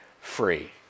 free